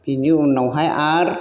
बिनि उनावहाय आरो